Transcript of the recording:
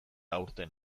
aurten